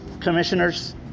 commissioners